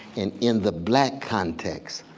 and in the black context,